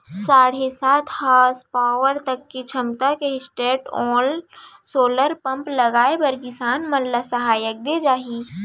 साढ़े सात हासपावर तक के छमता के स्टैंडओन सोलर पंप लगाए बर किसान मन ल सहायता दे जाही